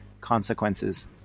consequences